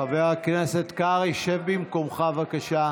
חבר הכנסת קרעי, שב במקומך, בבקשה.